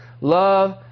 love